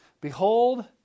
behold